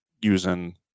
using